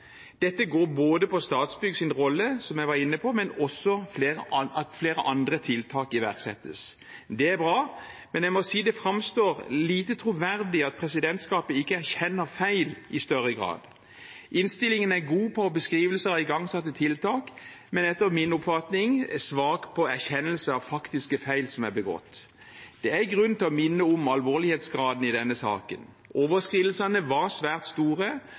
Dette går både på Statsbyggs rolle, som jeg var inne på, men også på at flere andre tiltak iverksettes. Det er bra, men jeg må si det framstår lite troverdig at presidentskapet ikke erkjenner feil i større grad. Innstillingen er god på beskrivelser av igangsatte tiltak, men er etter min oppfatning svak på erkjennelse av faktiske feil som er begått. Det er grunn til å minne om alvorlighetsgraden i denne saken. Overskridelsene var svært store,